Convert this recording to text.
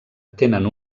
tenen